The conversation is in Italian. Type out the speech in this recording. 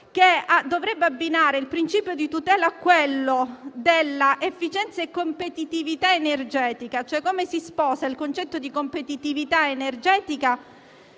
che dovrebbe abbinare il principio di tutela a quello dell'efficienza e della competitività energetica. Ma come si sposa il concetto di competitività energetica